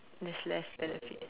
there's less benefit